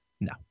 No